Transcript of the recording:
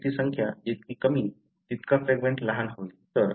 रिपीटची संख्या जितकी कमी होईल तितका फ्रॅगमेंट लहान होईल